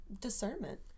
discernment